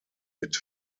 mit